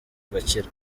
agakira